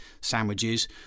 sandwiches